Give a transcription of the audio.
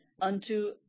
unto